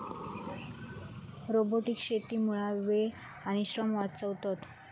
robotic शेतीमुळा वेळ आणि श्रम वाचतत